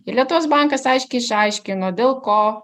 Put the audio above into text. ir lietuvos bankas aiškiai išaiškino dėl ko